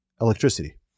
electricity